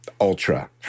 Ultra